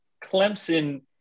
Clemson